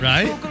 Right